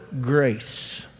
grace